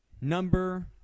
number